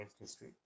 history